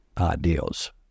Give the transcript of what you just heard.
ideals